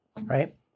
right